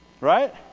Right